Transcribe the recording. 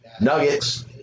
nuggets